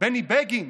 בני בגין,